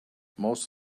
most